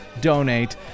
donate